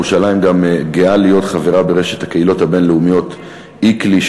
ירושלים גם גאה להיות חברה ברשת הקהילות הבין-לאומית ICLEI,